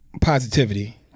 positivity